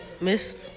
Miss